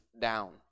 down